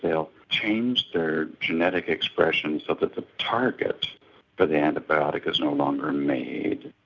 they'll change their genetic expression so that the target for the antibiotic is no longer made,